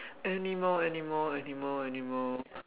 anymore anymore anymore anymore